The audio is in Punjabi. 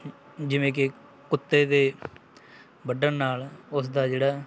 ਜਿਵੇਂ ਕਿ ਕੁੱਤੇ ਦੇ ਵੱਢਣ ਨਾਲ ਉਸ ਦਾ ਜਿਹੜਾ